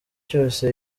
cyose